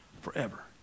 forever